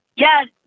Yes